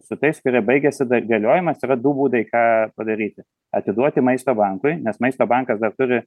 su tais kurie baigiasi galiojimas yra du būdai ką padaryti atiduoti maisto bankui nes maisto bankas dar turi